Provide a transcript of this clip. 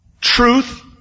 truth